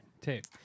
tape